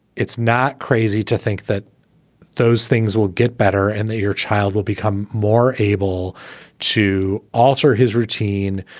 it's not crazy to think that those things will get better and that your child will become more able to alter his routine,